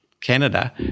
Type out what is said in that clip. Canada